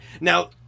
Now